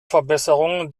verbesserungen